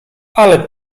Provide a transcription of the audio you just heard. ale